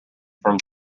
from